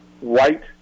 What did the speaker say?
white